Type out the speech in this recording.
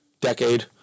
decade